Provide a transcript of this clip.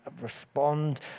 respond